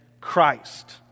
Christ